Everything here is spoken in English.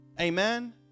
Amen